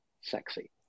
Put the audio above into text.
sexy